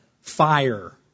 fire